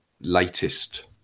latest